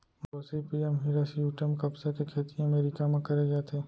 Gossypium hirsutum कपसा के खेती अमेरिका म करे जाथे